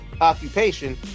occupation